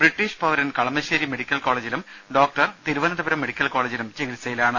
British പൌരൻ Kalamassery medical കോളജിലും doctor Thiruvananthapuram medical കോളജിലും ചികിത്സയിലാണ്